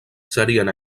serien